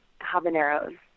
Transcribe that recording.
habaneros